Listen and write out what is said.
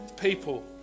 people